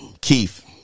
Keith